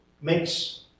makes